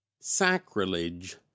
sacrilege